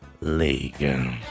League